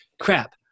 crap